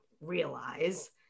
realize